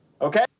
Okay